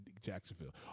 Jacksonville